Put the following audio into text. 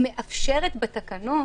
היא מאפשרת בתקנות,